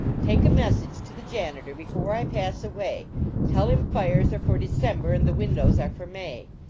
take a message to the janitor before i pass away tell him fires are for december and the windows are for may.